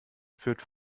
führt